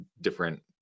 different